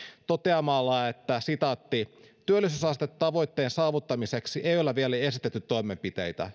toteamalla että työllisyysastetavoitteen saavuttamiseksi ei ole vielä esitetty toimenpiteitä